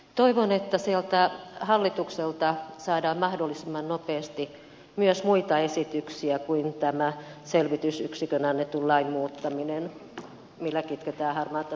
toivon että hallitukselta saadaan mahdollisimman nopeasti myös muita esityksiä kuin tämä selvitysyksiköstä annetun lain muuttaminen millä kitketään harmaata taloutta